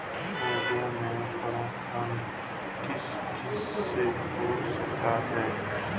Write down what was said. पौधों में परागण किस किससे हो सकता है?